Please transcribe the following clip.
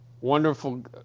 wonderful